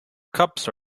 cups